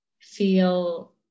feel